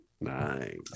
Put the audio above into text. Nice